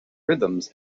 rhythms